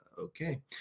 okay